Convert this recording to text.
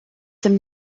some